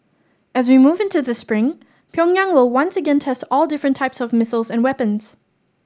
as we move into the spring Pyongyang will once again test all different types of missiles and weapons